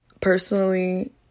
Personally